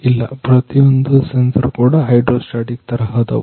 ಇಲ್ಲ ಪ್ರತಿಯೊಂದು ಸೆನ್ಸರ್ ಕೂಡ ಹೈಡ್ರೋ ಸ್ಟ್ಯಾಟಿಕ್ ತರಹದವು